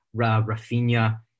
Rafinha